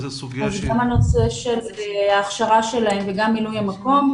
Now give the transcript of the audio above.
התייחסתי גם לנושא ההכשרות וגם לנושא מילוי המקום.